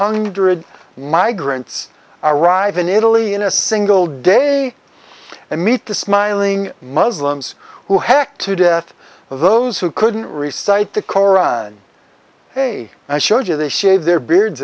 hundred migrants arrive in italy in a single day and meet the smiling muslims who hacked to death those who couldn't recites the koran hey i showed you they shave their beards